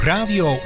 Radio